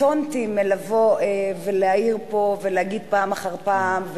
קטונתי מלבוא ולהעיר פה ולהגיד פעם אחר פעם,